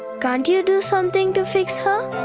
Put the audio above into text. can't you do something to fix her?